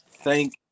Thank